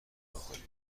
میخوری